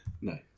No